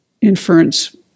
inference